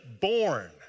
born